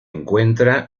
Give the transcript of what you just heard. encuentra